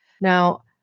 Now